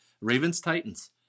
Ravens-Titans